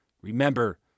Remember